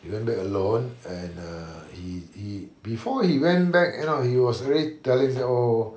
he went back alone and uh he he before he went back you know he was already telling say oh